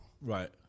Right